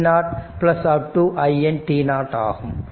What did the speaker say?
iN ஆகும்